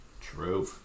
True